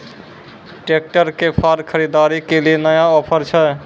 Tractor के फार खरीदारी के लिए नया ऑफर छ?